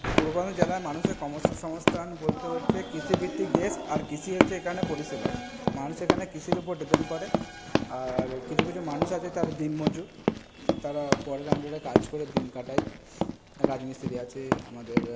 পূর্ব বর্ধমান জেলার মানুষের কর্মসংস্থান বলতে হচ্ছে কৃষিভিত্তিক দেশ আর কৃষি হচ্ছে এখানে পরিষেবা মানুষ এখানে কৃষির উপর ডিপেন্ড করে আর কিছু কিছু মানুষ আছে তারা দিনমজুর তারা পরের আন্ডারে কাজ করে দিন কাটায় রাজ মিস্ত্রি আছে আমাদের